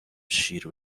شیر